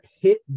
hit